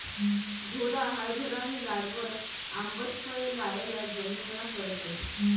घोडा हारभरानी लागवड आंबट फये लायेल जमिनना करतस